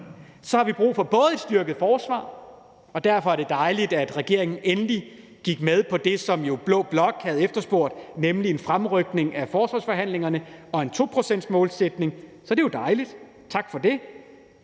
har vi brug for et styrket forsvar, og derfor er det dejligt, at regeringen endelig gik med på det, som blå blok havde efterspurgt, nemlig en fremrykning af forsvarsforhandlingerne og en 2-procentsmålsætning, så det er jo dejligt, tak for det.